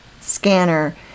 scanner